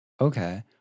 Okay